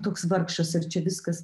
toks vargšas ar čia viskas